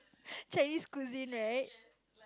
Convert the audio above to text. Chinese cuisine right